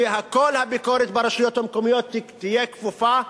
שכל הביקורת ברשויות המקומיות תהיה כפופה,